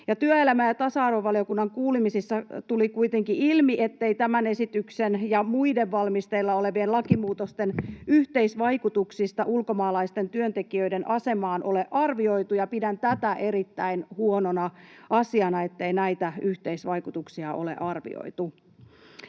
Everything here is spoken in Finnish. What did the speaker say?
Työelämä- ja tasa-arvovaliokunnan kuulemisissa tuli kuitenkin ilmi, ettei tämän esityksen ja muiden valmisteilla olevien lakimuutosten yhteisvaikutuksia ulkomaalaisten työntekijöiden asemaan ole arvioitu, ja pidän erittäin huonona asiana, ettei näitä yhteisvaikutuksia ole arvioitu.